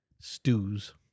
stews